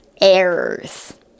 errors